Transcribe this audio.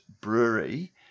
brewery